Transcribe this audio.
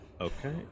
Okay